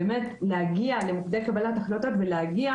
באמת להגיע למוקדי קבלת ההחלטות ולהגיע